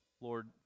Lord